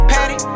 Patty